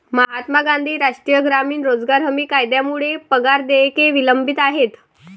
महात्मा गांधी राष्ट्रीय ग्रामीण रोजगार हमी कायद्यामुळे पगार देयके विलंबित आहेत